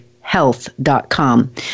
health.com